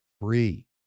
free